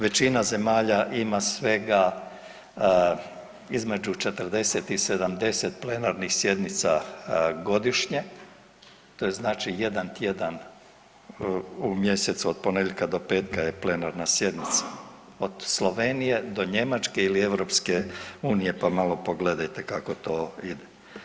Većina zemalja ima svega između 40 i 70 plenarnih sjednica godišnje, to je znači jedan tjedan u mjesecu, od ponedjeljka do petka je plenarna sjednica, od Slovenije do Njemačke ili EU, pa malo pogledajte kako to ide.